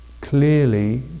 clearly